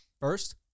First